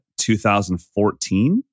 2014